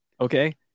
Okay